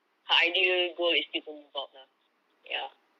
her ideal goal is still to move out lah ya